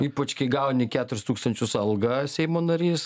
ypač kai gauni keturis tūkstančius algą seimo narys